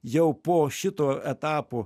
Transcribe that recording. jau po šito etapo